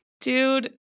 Dude